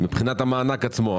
מבחינת המענק עצמו.